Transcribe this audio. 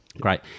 Great